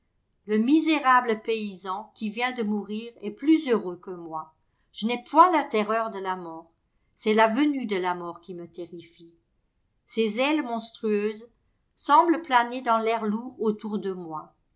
le misérable paysan qui vient de mourir est plus heureux que moi je n'ai point la terreur de la mort c'est la venue de la mort qui me terrifie ses ailes monstrueuses semblent planer dans l'air lourd autour de moi